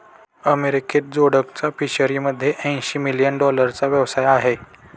अमेरिकेत जोडकचा फिशरीमध्ये ऐंशी मिलियन डॉलरचा व्यवसाय आहे